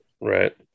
Right